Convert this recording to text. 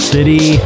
City